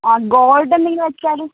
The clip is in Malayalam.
ആ ഗോൾഡ് എന്തെങ്കിലും വെച്ചാൽ